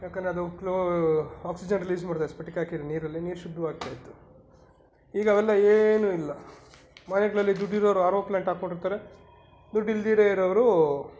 ಯಾಕಂದರೆ ಅದು ಕ್ಲೊ ಆಕ್ಸಿಜನ್ ರಿಲೀಸ್ ಮಾಡುತ್ತೆ ಸ್ಪಟಿಕ ಹಾಕಿದರೆ ನೀರಲ್ಲಿ ನೀರು ಶುದ್ಧವಾಗ್ತಾ ಇತ್ತು ಈಗ ಅವೆಲ್ಲ ಏನು ಇಲ್ಲ ಮನೆಗಳಲ್ಲಿ ದುಡ್ಡು ಇರೋರು ಆರ್ ಒ ಪ್ಲಾಂಟ್ ಹಾಕೊಂಡಿರ್ತಾರೆ ದುಡ್ಡು ಇಲ್ದಿದ್ದ ಇರೋರು